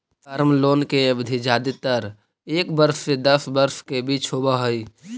term loan के अवधि जादेतर एक वर्ष से दस वर्ष के बीच होवऽ हई